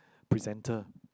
presenter